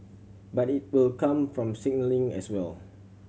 but it will come from signalling as well